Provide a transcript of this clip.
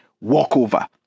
walkover